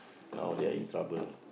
no they are in trouble